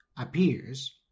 appears